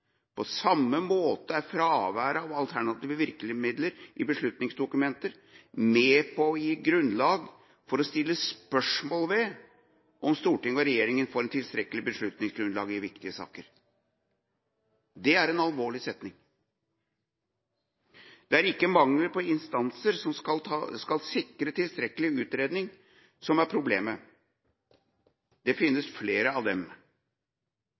samme måte er fraværet av alternative virkemidler i beslutningsdokumenter med på å gi grunnlag for å stille spørsmål ved om Storting og regjering får et tilstrekkelig beslutningsgrunnlag i viktige saker.» Det er en alvorlig setning. Det er ikke mangelen på instanser som skal sikre tilstrekkelig utredning, som er problemet. Det finnes flere av dem.